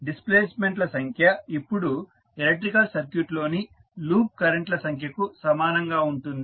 displacement ల సంఖ్య ఇప్పుడు ఎలక్ట్రికల్ సర్క్యూట్లోని లూప్ కరెంట్ ల సంఖ్యకు సమానంగా ఉంటుంది